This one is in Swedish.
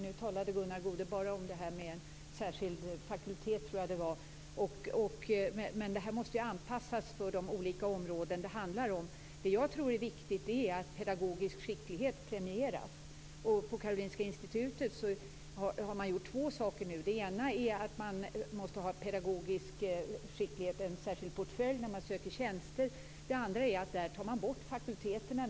Nu talade Gunnar Goude bara om en särskild fakultet. Detta måste ju anpassas till de olika områden det handlar om. Jag tror att det är viktigt att pedagogisk skicklighet premieras. På Karolinska Institutet har man gjort två saker. Den ena är att man måste ha pedagogisk skicklighet, en särskild portfölj, när man söker tjänster. Den andra är att man där nu tar bort fakulteterna.